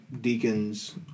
deacons